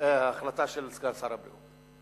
ההחלטה של סגן שר הבריאות.